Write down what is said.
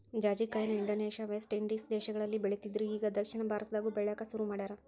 ಜಾಜಿಕಾಯಿನ Indonesia, West Indies ದೇಶಗಳಲ್ಲಿ ಬೆಳಿತ್ತಿದ್ರು ಇಗಾ ದಕ್ಷಿಣ ಭಾರತದಾಗು ಬೆಳ್ಯಾಕ ಸುರು ಮಾಡ್ಯಾರ